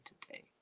today